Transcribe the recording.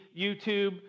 YouTube